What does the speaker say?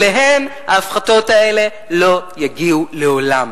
אליהן ההפחתות האלה לא יגיעו לעולם.